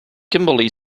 kimberley